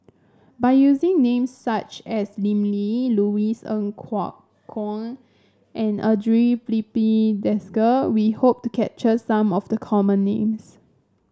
by using names such as Lim Lee Louis Ng Kok Kwang and Andre Filipe Desker we hope to capture some of the common names